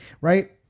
right